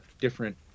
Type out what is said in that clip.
different